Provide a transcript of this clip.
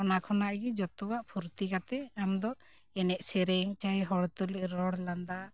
ᱚᱱᱟ ᱠᱷᱚᱱᱟᱜ ᱜᱮ ᱡᱷᱚᱛᱚᱣᱟᱜ ᱯᱷᱩᱨᱛᱤ ᱠᱟᱛᱮᱫ ᱟᱢ ᱫᱚ ᱮᱱᱮᱡ ᱥᱮᱨᱮᱧ ᱪᱟᱭ ᱦᱚᱲ ᱛᱩᱞᱩᱡ ᱨᱚᱲ ᱞᱟᱸᱫᱟ